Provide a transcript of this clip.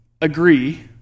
agree